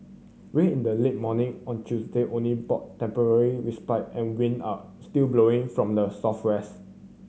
rain in the late morning on Tuesday only brought temporary respite and wind are still blowing from the southwest